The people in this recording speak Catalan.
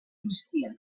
cristià